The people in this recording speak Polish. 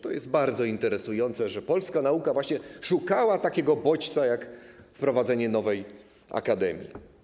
To jest bardzo interesujące, że polska nauka właśnie szukała takiego bodźca jak wprowadzenie nowej akademii.